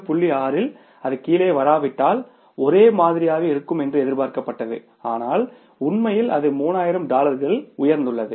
6 இல் அது கீழே வராவிட்டால் ஒரே மாதிரியாக இருக்கும் என்று எதிர்பார்க்கப்பட்டது ஆனால் உண்மையில் அது 3000 டாலர்கள் உயர்ந்துள்ளது